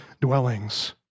dwellings